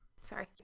Sorry